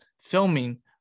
filming